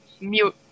mute